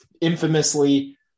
infamously